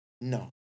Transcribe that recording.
no